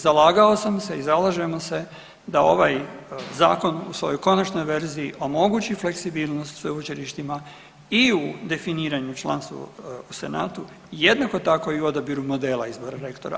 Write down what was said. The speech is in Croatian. Zalagao sam se i zalažemo se da ovaj zakon u svojoj konačnoj verziji omogući fleksibilnost sveučilištima i u definiranju članstva u Senatu, jednako tako i u odabiru modela izbora rektora.